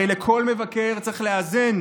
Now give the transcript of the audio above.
הרי לכל מבקר צריך לאזן